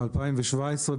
ב-2017,